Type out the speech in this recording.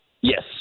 Yes